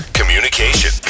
communication